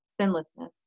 sinlessness